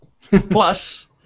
Plus